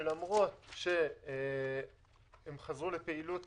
שלמרות שהם חזרו לפעילות